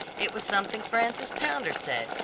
it was something frances pounder said,